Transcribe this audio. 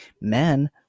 men